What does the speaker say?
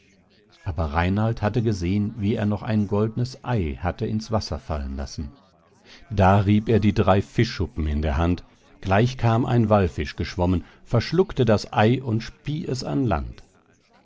aber reinald hatte gesehen wie er noch ein goldnes ei hatte ins wasser fallen lassen da rieb er die drei fischschuppen in der hand gleich kam ein wallfisch geschwommen verschluckte das ei und spie es ans land